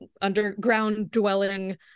underground-dwelling